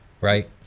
right